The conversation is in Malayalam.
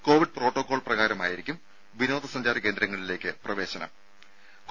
കൊവിഡ് പ്രോട്ടോക്കോൾ പ്രകാരമായിരിക്കും വിനോദസഞ്ചാര കേന്ദ്രങ്ങളിലേക്ക് പ്രവേശനം നൽകുന്നത്